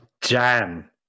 Jam